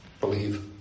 Believe